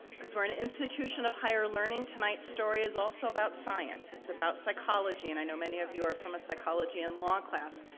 cause we're in an institution of higher learning, tonight's story is also about science, it's about psychology, and i know many of you are from a psychology and law class.